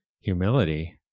humility